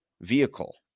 vehicle